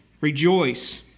Rejoice